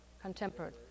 Contemporary